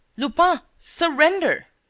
lupin, surrender!